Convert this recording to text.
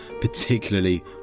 particularly